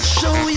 show